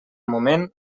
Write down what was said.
moment